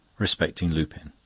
respecting lupin.